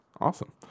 Awesome